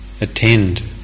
attend